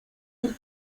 del